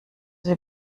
sie